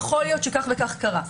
יכול להיות שכך וכך קרה.